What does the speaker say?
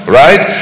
right